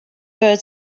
bird